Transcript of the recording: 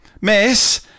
miss